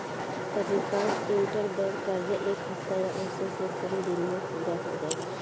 अधिकांश इंटरबैंक कर्जा एक हफ्ता या ओसे से कम दिन में पूरा हो जाला